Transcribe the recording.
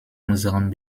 unserem